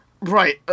right